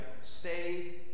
stay